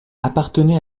appartenait